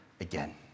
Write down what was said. again